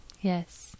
Yes